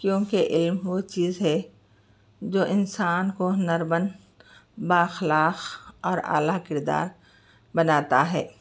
کیونکہ ایم وہ چیز ہے جو انسان کو ہنرمند بااخلاق اور اعلیٰ کردار بناتا ہے